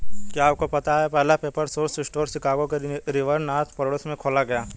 क्या आपको पता है पहला पेपर सोर्स स्टोर शिकागो के रिवर नॉर्थ पड़ोस में खोला गया?